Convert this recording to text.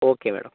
okay madam